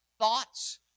thoughts